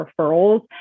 referrals